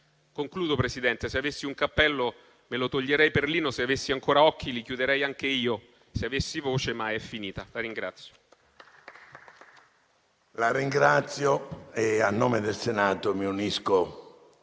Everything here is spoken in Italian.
Concludo, Presidente, se avessi un cappello, me lo toglierei per Lino, se avessi ancora occhi, li chiuderei anche io, se avessi voce, ma è finita.